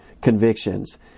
convictions